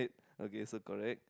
okay so correct